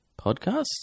podcasts